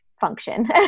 function